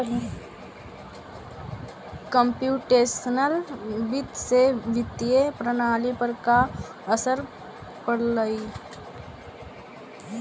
computational वित्त से वित्तीय प्रणाली पर का असर पड़लइ